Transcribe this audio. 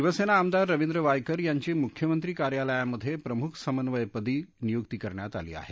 शिवसेना आमदार रविंद्र वायकर यांची मूख्यमंत्री कार्यालयामध्ये प्रमुख समन्वयकपदी नियुक्ती करण्यात आली आहे